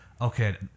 okay